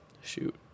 Shoot